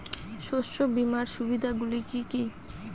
শস্য বীমার সুবিধা গুলি কি কি?